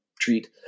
treat